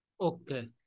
Okay